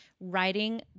writing